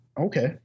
Okay